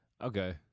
Okay